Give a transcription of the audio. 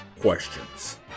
questions